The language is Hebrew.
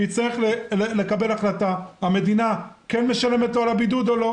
כל אחד מהם יצטרך לקבל החלטה: האם המדינה משלמת לו על הבידוד או לא.